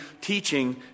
teaching